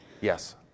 Yes